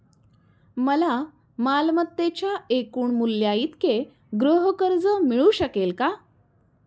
मला मालमत्तेच्या एकूण मूल्याइतके गृहकर्ज मिळू शकेल का?